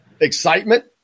excitement